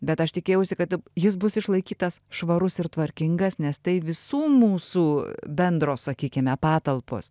bet aš tikėjausi kad jis bus išlaikytas švarus ir tvarkingas nes tai visų mūsų bendro sakykime patalpos